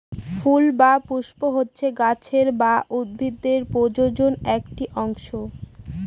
ফুল বা পুস্প হচ্ছে গাছের বা উদ্ভিদের প্রজনন একটি অংশ